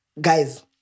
guys